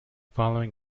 following